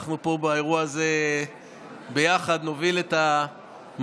אנחנו פה באירוע הזה ביחד נוביל את מערכת